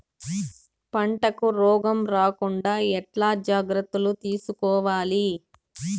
పంటకు రోగం రాకుండా ఎట్లా జాగ్రత్తలు తీసుకోవాలి?